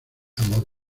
amor